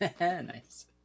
Nice